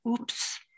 Oops